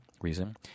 reason